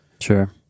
Sure